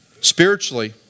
Spiritually